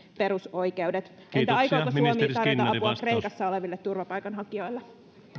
perusoikeudet entä aikooko suomi tarjota apua kreikassa oleville turvapaikanhakijoille arvoisa